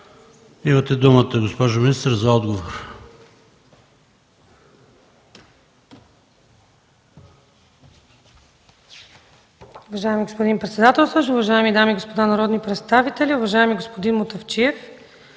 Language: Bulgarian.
Имате думата, госпожо министър, за отговор.